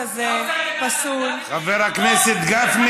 והדבר השלישי למה החוק הזה פסול, חבר הכנסת גפני,